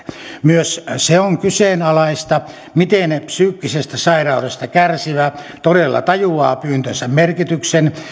myös se on kyseenalaista miten psyykkisestä sairaudesta kärsivä todella tajuaa pyyntönsä merkityksen